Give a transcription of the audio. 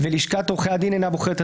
ולשכת עורכי הדין אינה בוחרת,